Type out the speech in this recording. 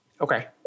Okay